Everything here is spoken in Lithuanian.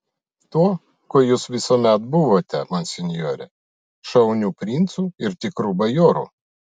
tuo kuo jūs visuomet buvote monsinjore šauniu princu ir tikru bajoru